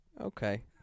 Okay